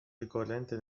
ricorrente